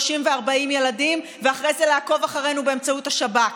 ו-40 ילדים ואחרי זה לעקוב אחרינו באמצעות השב"כ,